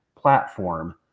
platform